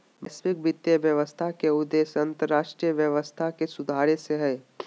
वैश्विक वित्तीय व्यवस्था के उद्देश्य अन्तर्राष्ट्रीय व्यवस्था के सुधारे से हय